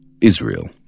Israel